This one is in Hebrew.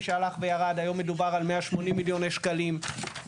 דרך אגב,